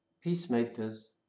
Peacemakers